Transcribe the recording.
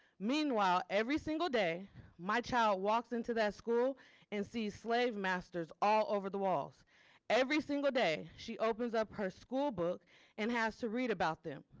meanwhile every single day my child walks into that school and sees slave masters all over the walls every single day. she opens up her school book and has to read about them.